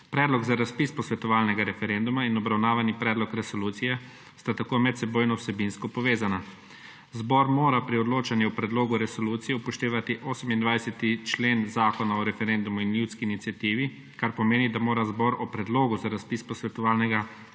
Predlog za razpis posvetovalnega referenduma in obravnavani predlog resolucije sta tako medsebojno vsebinsko povezana. Zbor mora pri odločanju o predlogu resolucije upoštevati 28. člen Zakona o referendumu in o ljudski iniciativi, kar pomeni, da mora zbor o predlogu za razpis posvetovalnega